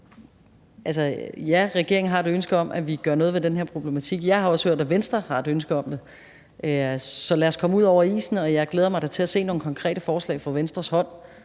regeringen har et ønske om, at vi gør noget ved den her problematik. Jeg har også hørt, at Venstre har et ønske om det. Så lad os komme ud over isen, og jeg glæder mig da til at se nogle konkrete forslag fra Venstres hånd.